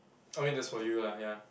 I mean that's for you lah ya